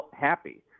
happy